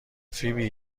فیبی